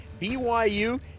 BYU